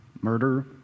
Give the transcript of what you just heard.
murder